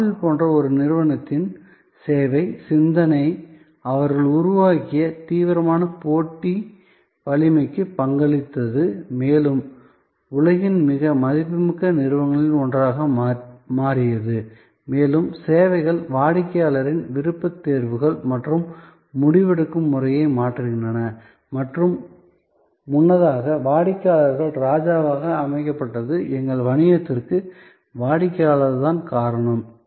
apple போன்ற ஒரு நிறுவனத்தின் சேவை சிந்தனை அவர்கள் உருவாக்கிய தீவிரமான போட்டி வலிமைக்கு பங்களித்தது மேலும் உலகின் மிக மதிப்புமிக்க நிறுவனங்களில் ஒன்றாக மாறியது மேலும் சேவைகள் வாடிக்கையாளரின் விருப்பத்தேர்வுகள் மற்றும் முடிவெடுக்கும் முறையை மாற்றுகின்றன மற்றும் முன்னதாக வாடிக்கையாளர் ராஜாவாக அமைக்கப்பட்டது எங்கள் வணிகத்திற்கு வாடிக்கையாளர் தான் காரணம்